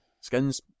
skins